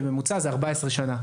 שהיא בממוצע של 14 שנה.